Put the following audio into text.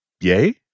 yay